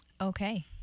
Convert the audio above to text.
Okay